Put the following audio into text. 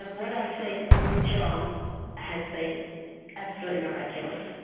and what i've seen with john has been absolutely miraculous.